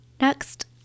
Next